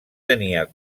tenia